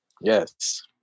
Yes